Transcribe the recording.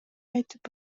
айтып